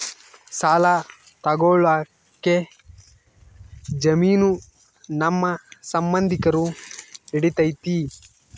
ಸಾಲ ತೊಗೋಳಕ್ಕೆ ಜಾಮೇನು ನಮ್ಮ ಸಂಬಂಧಿಕರು ನಡಿತೈತಿ?